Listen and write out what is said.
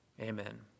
Amen